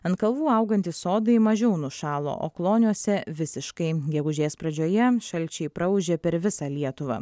ant kalvų augantys sodai mažiau nušalo o kloniuose visiškai gegužės pradžioje šalčiai praūžė per visą lietuvą